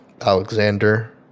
Alexander